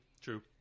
True